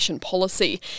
policy